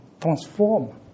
transform